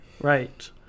right